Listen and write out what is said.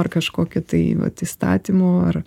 ar kažkokį tai vat įstatymų ar